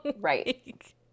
Right